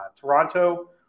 Toronto